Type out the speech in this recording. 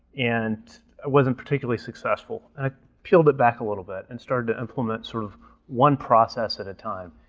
and i wasn't particularly successful, and i peeled it back a little bit and started implement sort of one process at a time.